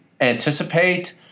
anticipate